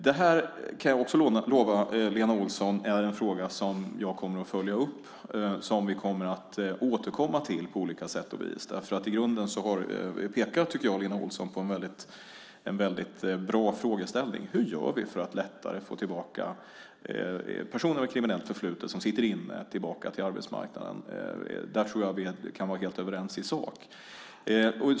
Det här kan jag också lova Lena Olsson är en fråga som jag kommer att följa upp och som vi kommer att återkomma till på olika sätt och vis. I grunden tycker jag att Lena Olsson pekar på en väldigt bra frågeställning. Hur gör vi för att lättare få personer med kriminellt förflutet som sitter inne tillbaka till arbetsmarknaden? Där tror jag att vi kan vara helt överens i sak.